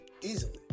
easily